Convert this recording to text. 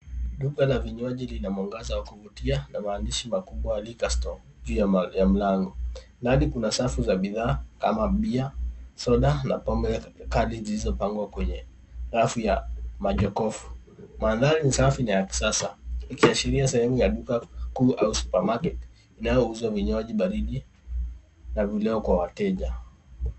Duka la vinywaji lina mwangaza wa kuvutia na maandishi makubwa Liquor Store juu ya mlango. Ndani kuna safu za bidhaa kama bia, soda na pombe kali zilizopangwa kwenye rafu ya majokofu. Mandhari ni safi na ya kisasa ikiashiria sehemu ya duka kuu au supermartet linalouza vinywaji baridi na vileo kwa wateja.